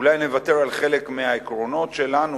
אולי נוותר על חלק מהעקרונות שלנו,